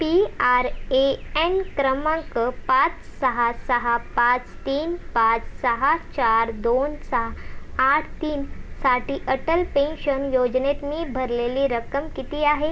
P R A N क्रमांक पाच सहा सहा पाच तीन पाच सहा चार दोन सहा आठ तीनसाठी अटल पेन्शन योजनेत मी भरलेली रक्कम किती आहे